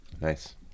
Nice